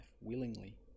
willingly